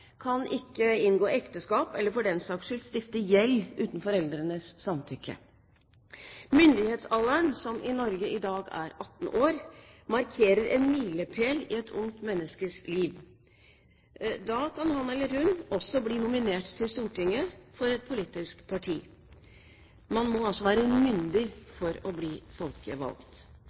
ikke inngå ekteskap eller – for den saks skyld – stifte gjeld uten foreldrenes samtykke. Myndighetsalderen, som i Norge i dag er 18 år, markerer en milepæl i et ungt menneskes liv. Da kan han eller hun også bli nominert til Stortinget for et politisk parti. Man må altså være myndig for å bli